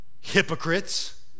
Hypocrites